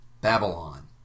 Babylon